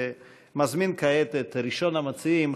ומזמין כעת את ראשון המציעים,